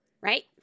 right